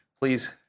Please